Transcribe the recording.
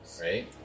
right